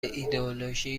ایدئولوژی